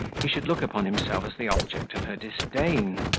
he should look upon himself as the object of her disdain.